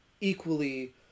equally